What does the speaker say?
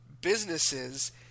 businesses